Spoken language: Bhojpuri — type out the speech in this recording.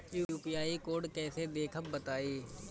यू.पी.आई कोड कैसे देखब बताई?